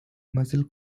muscle